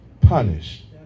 punished